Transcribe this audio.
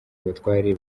abatware